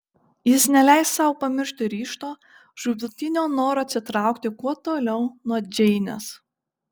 jis neleis sau pamiršti ryžto žūtbūtinio noro atsitraukti kuo toliau nuo džeinės